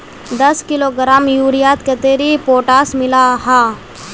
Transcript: दस किलोग्राम यूरियात कतेरी पोटास मिला हाँ?